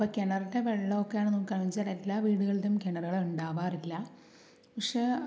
അപ്പോൾ കിണറിൻ്റെ വെള്ളമൊക്കെയാണ് നോക്കുകയാണെന്ന് വച്ചാൽ എല്ലാ വീടുകളിലും കിണറുകൾ ഉണ്ടാവാറില്ല പക്ഷെ